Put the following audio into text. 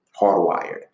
Hardwired